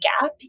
gap